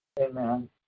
Amen